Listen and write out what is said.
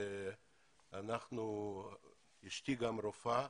גם אשתי רופאה,